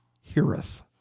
heareth